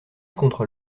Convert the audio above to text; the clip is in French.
contre